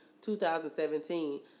2017